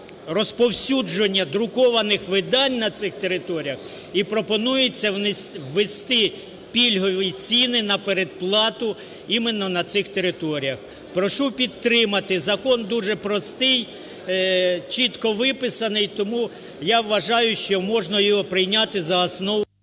розповсюдження друкованих видань на цих територіях, і пропонується ввести пільгові ціни на передплату іменно на цих територіях. Прошу підтримати. Закон дуже простий, чітко виписаний. Тому я вважаю, що можна його прийняти за основу…